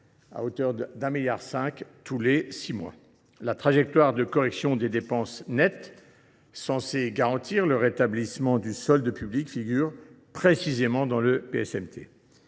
à hauteur de 1,5 milliard d’euros tous les six mois. Cette trajectoire de correction des dépenses nettes, censée garantir le rétablissement du solde public, figure précisément dans le PSMT.